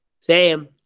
Sam